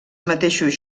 mateixos